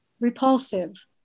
repulsive